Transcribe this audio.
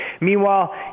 Meanwhile